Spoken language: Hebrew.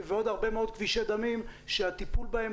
ועוד הרבה מאוד כבישי דמים שהטיפול בהם